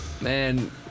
Man